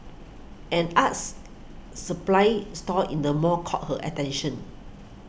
an us supplies store in the mall caught her attention